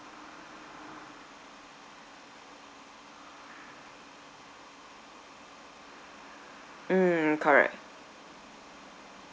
mm correct